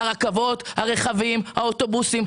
הרכבות, הרכבים, האוטובוסים.